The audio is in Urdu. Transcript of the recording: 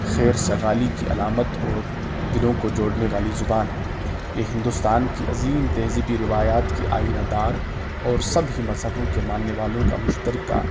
خیر سگالی کی علامت اور دلوں کو جورنے والی زبان ہیں یہ ہندوستان کی عظیم تہذیبی روایات کی آئینہ دار اور سب ہی مذہبی کے ماننے والوں کا مشترکہ